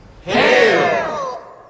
Hail